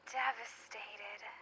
devastated